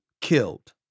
Killed